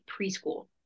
preschool